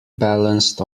balanced